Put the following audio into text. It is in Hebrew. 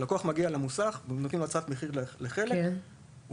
זאת אומרת כשלקוח מגיע למוסך ונותנים לו הצעת מחיר לחלק,